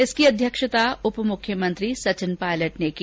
इसकी अध्यक्षता उप मुख्यमंत्री सचिन पायलट ने की